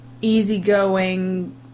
easygoing